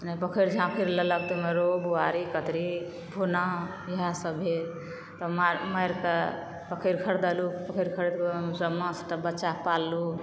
जेना पोखरि झाँखैरि लेलक तऽ ओहिमे रौह बुआरी कतरी भुना इएह सब भेल तब मैर कऽ पोखैर खरीदलु पोखरि खरीद कऽ ओहिमे सब माछ तब बच्चा पाललू